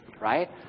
right